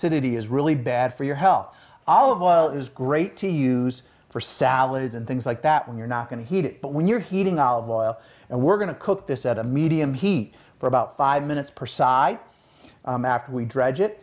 rancidity is really bad for your health olive oil is great to use for salads and things like that when you're not going to heat it but when you're heating olive oil and we're going to cook this at a medium heat for about five minutes per side after we dredge it